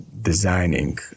designing